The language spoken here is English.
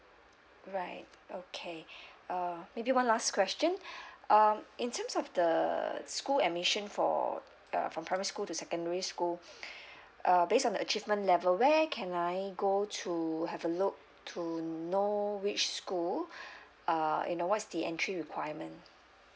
right okay um maybe one last question um in terms of the school admission for uh from primary school to secondary school uh based on the achievement level where I can I go to have a look to know which school uh you know what is the entry requirement